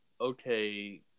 Okay